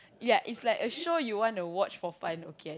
yeah it's like a show you want to watch for fun okay